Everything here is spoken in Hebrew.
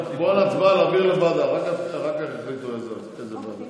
נעבור להצבעה להעביר לוועדה ואחר כך תחליטו לאיזו ועדה.